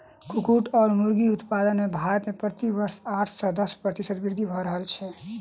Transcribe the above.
कुक्कुट वा मुर्गी उत्पादन मे भारत मे प्रति वर्ष आठ सॅ दस प्रतिशत वृद्धि भ रहल छै